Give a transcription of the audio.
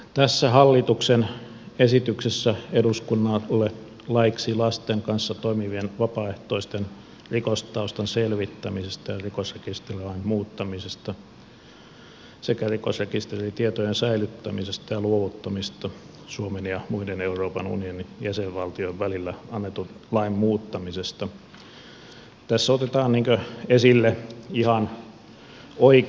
tässä hallituksen esityksessä eduskunnalle laeiksi lasten kanssa toimivien vapaaehtoisten rikostaustan selvittämisestä rikosrekisterilain muuttamisesta sekä rikosrekisteritietojen säilyttämisestä ja luovuttamisesta suomen ja muiden euroopan unionin jäsenvaltioiden välillä annetun lain muuttamisesta otetaan esille ihan oikea asia